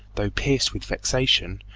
though pierced with vexation,